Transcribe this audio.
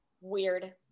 weird